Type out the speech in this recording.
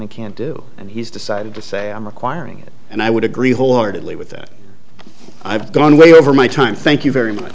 and can't i do and he's decided to say i'm acquiring it and i would agree wholeheartedly with that i've gone way over my time thank you very much